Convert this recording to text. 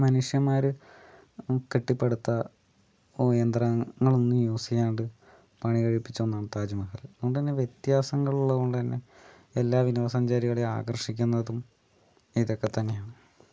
മനുഷ്യന്മാര് കെട്ടിപ്പടുത്ത യന്ത്രങ്ങൾ ഒന്നും യൂസ് ചെയ്യാൻഡ് പണി കഴിപ്പിച്ച ഒന്നാണ് താജ് മഹല് അതുകൊണ്ട് തന്നെ വ്യത്യാസങ്ങൾ ഉള്ളതുകൊണ്ട് തന്നെ എല്ലാ വിനോദ സഞ്ചാരികളേം ആകർഷിക്കുന്നത് ഇതൊക്കെ തന്നെ ആണ്